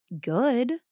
good